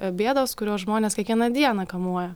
bėdos kurios žmones kiekvieną dieną kamuoja